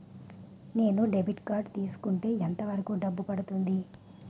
నేను debit card తీసుకుంటే ఎంత వరకు డబ్బు పడుతుంది?